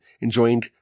enjoying